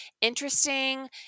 Interesting